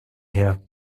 her